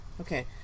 Okay